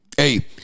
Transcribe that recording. Hey